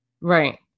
right